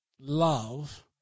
love